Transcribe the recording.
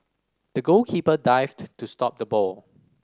the goalkeeper dived to stop the ball